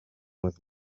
with